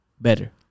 better